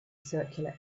circular